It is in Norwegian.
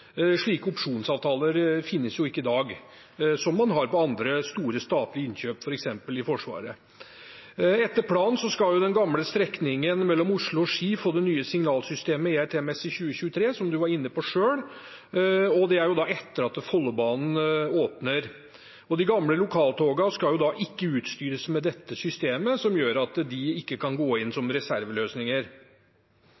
Slike opsjonsavtaler finnes ikke i dag, men man har det på andre store statlige innkjøp, f.eks. i Forsvaret. Etter planen skal den gamle strekningen mellom Oslo og Ski få det nye signalsystemet ERTMS i 2023, som du var inne på selv, og det er da etter at Follobanen åpner. De gamle lokaltogene skal ikke utstyres med dette systemet, som gjør at de ikke kan gå inn som